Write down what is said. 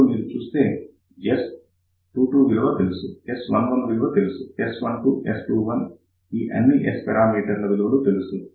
ఇప్పుడు మీరు చూస్తే S22 విలువ తెలుసు S11 విలువ తెలుసుS12 S21 ఈ అన్ని S పారామీటర్స్ విలువలు తెలుసు